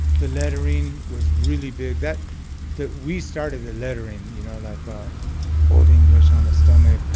the lettering was really big. that that we started the lettering, you know, like ah old english on the stomach,